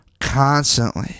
constantly